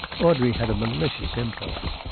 audrey had a malicious impulse.